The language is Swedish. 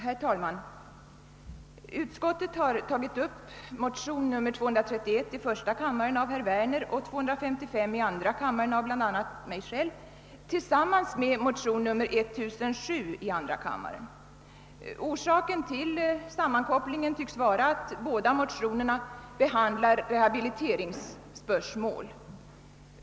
Herr talman! Utskottet har tagit upp motion nr 231 i första kammaren av herr Werner och 255 i andra kammaren av bl.a. mig själv tillsammans med motion nr 1007 i andra kammaren. Orsaken till sammankopplingen tycks vara att alla motionerna behandlar rehabiliteringsspörsmål.